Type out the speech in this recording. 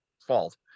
fault